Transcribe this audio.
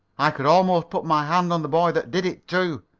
i could almost put my hand on the boy that did it, too.